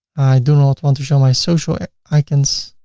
do not want to show my social icons.